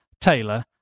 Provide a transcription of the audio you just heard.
Taylor